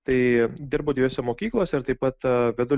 tai dirbu dviejose mokyklose ir taip pat vedu